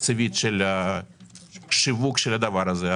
תקציבית של שיווק של הדבר הזה.